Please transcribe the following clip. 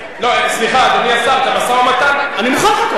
סליחה, אדוני השר, את המשא-ומתן, אני מוכרח אותו.